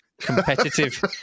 Competitive